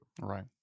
Right